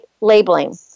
labeling